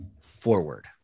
forward